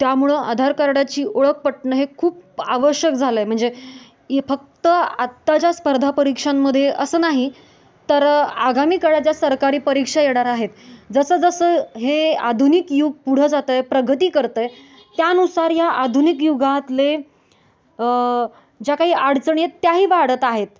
त्यामुळं आधार कार्डाची ओळख पटणं हे खूप आवश्यक झालं आहे म्हणजे फक्त आत्ताच्या स्पर्धा परीक्षांमध्ये असं नाही तर आगामी काळात ज्या सरकारी परीक्षा येणार आहेत जसंजसं हे आधुनिक युग पुढं जात आहे प्रगती करत आहे त्यानुसार या आधुनिक युगातले ज्या काही अडचणी आहेत त्याही वाढत आहेत